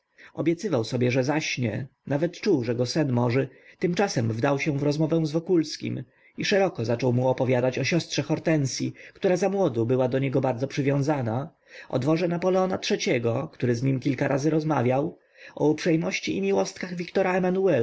obiecywał sobie że zaśnie nawet czuł że go sen morzy tymczasem wdał się w rozmowę z wokulskim i szeroko zaczął mu opowiadać o siostrze hortensyi która zamłodu była do niego bardzo przywiązana o dworze napoleona iii-go który z nim kilka razy rozmawiał o uprzejmości i miłostkach wiktora